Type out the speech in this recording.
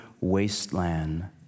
wasteland